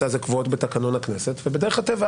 הזה קבועות בתקנון הכנסת ובדרך הטבע,